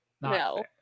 No